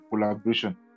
collaboration